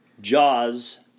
Jaws